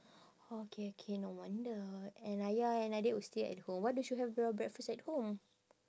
orh okay okay no wonder and ayah and adik will stay at home why didn't you have your breakfast at home